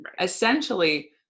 Essentially